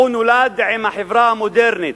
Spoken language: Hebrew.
הוא נולד עם החברה המודרנית.